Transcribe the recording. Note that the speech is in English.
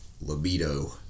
libido